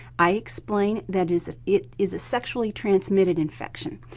i explain that is it it is a sexually transmitted infection.